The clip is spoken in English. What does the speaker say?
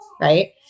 right